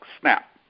snap